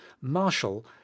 Marshall